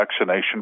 vaccination